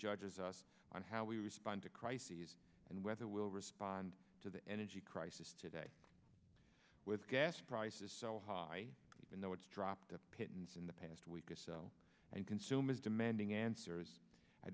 judges us on how we respond to crises and whether we'll respond to the energy crisis today with gas prices so high even though it's dropped a pittance in the past week or so and consumers demanding answers i